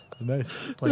Nice